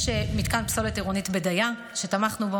יש מתקן פסולת עירונית בדיה שתמכנו בו,